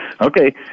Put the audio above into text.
Okay